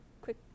quick